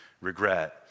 regret